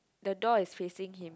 the dog is facing him